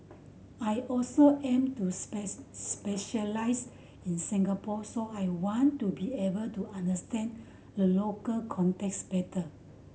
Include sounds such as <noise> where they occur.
I also aim to <unintelligible> specialise in Singapore so I wanted to be able to understand the local context better